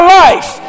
life